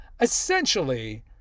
essentially